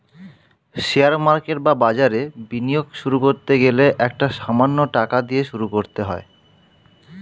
share market বা বাজারে বিনিয়োগ শুরু করতে গেলে একটা সামান্য টাকা দিয়ে শুরু করতে হয়